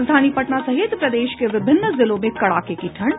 राजधानी पटना सहित प्रदेश के विभिन्न जिलों में कड़ाके की ठंड